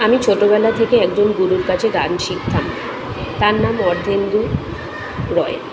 আমি ছোটোবেলা থেকেই একজন গুরুর কাছে গান শিখতাম তার নাম অর্ধেন্দু রয়